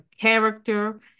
character